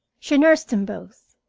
she nursed them both.